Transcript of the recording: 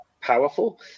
powerful